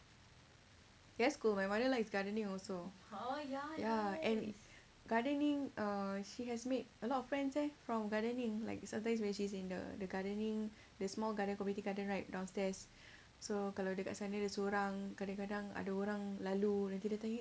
that's cool my mother likes gardening also ya and gardening err she has made a lot of friends eh from gardening like sometimes when she's in the the gardening the small garden community garden right downstairs so kalau dekat sana seorang kadang-kadang ada orang lalu nanti dia tanya